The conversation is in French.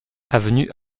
avenue